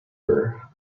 her